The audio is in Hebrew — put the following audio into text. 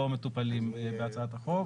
לא מטופלים בהצעת החוק.